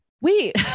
wait